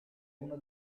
una